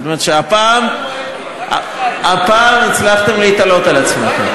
זאת אומרת שהפעם הצלחתם להתעלות על עצמכם,